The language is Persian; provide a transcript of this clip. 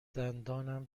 دندانم